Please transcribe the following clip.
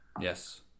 Yes